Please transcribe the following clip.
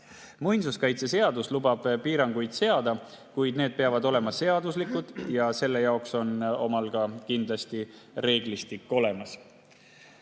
Muinsuskaitseseadus lubab piiranguid seada, kuid need peavad olema seaduslikud ja selle jaoks on ka reeglistik olemas.